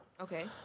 Okay